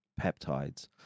peptides